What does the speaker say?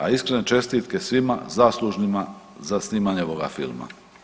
A iskrene čestitke svima zaslužnima za snimanje ovoga filma.